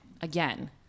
again